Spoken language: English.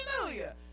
Hallelujah